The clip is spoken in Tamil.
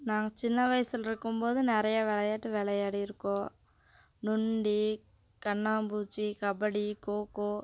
நாங்கள் சின்ன வயசில் இருக்கும் போது நிறையா விளையாட்டு விளையாடிருக்கோம் நொண்டி கண்ணாம்பூச்சி கபடி கோகோ